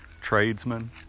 tradesmen